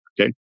okay